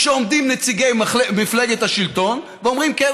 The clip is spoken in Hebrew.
כשעומדים נציגי מפלגת השלטון ואומרים: כן,